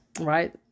Right